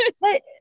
but-